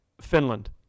Finland